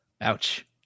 Ouch